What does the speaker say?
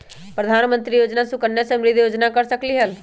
प्रधानमंत्री योजना सुकन्या समृद्धि योजना कर सकलीहल?